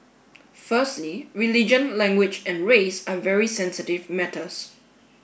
firstly religion language and race are very sensitive matters